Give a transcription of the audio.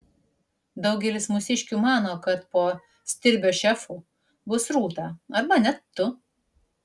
daugelis mūsiškių mano kad po stirbio šefu bus rūta arba net tu